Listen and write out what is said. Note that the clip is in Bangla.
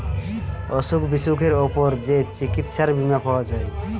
অসুখ বিসুখের উপর যে চিকিৎসার বীমা পাওয়া যায়